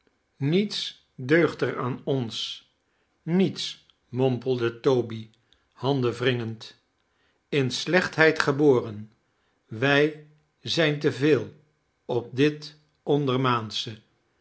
niets deugt er aan ons niets mompelde toby handenwringend in slechtheid geboren wij zijn te veel op dit ondermaansche